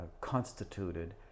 constituted